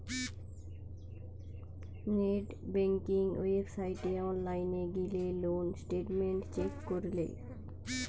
net banking ওয়েবসাইটে online গিলে loan statement check করলে